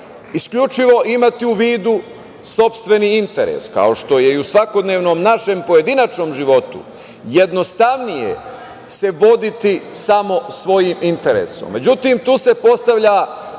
isključivo imati u vidu sopstveni interes, kao što je i u svakodnevnom našem pojedinačnom životu, jednostavnije je se voditi samo svojim interesom. Međutim, tu se postavlja